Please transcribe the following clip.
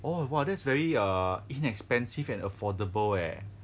!wah! that's very uh inexpensive and affordable eh